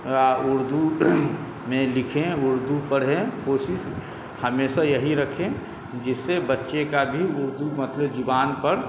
اردو میں لکھیں اردو پڑھیں کوشش ہمیشہ یہی رکھیں جس سے بچے کا بھی اردو مطلب زبان پر